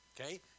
Okay